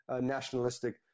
nationalistic